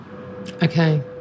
Okay